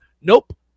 Nope